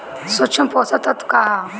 सूक्ष्म पोषक तत्व का ह?